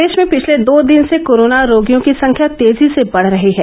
प्रदेश में पिछले दो दिन से कोरोना रोगियों की संख्या तेजी से बढ रही है